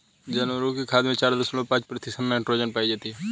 जानवरों की खाद में चार दशमलव पांच प्रतिशत नाइट्रोजन पाई जाती है